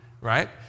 right